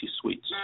Suites